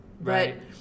Right